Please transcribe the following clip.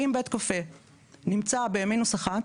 אם בית קפה נמצא בקומה מינוס 1,